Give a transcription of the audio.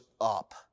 up